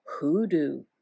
hoodoo